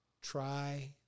try